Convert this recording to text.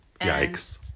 Yikes